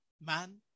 man